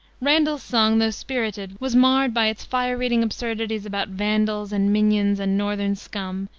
randall's song, though spirited, was marred by its fire-eating absurdities about vandals and minions and northern scum,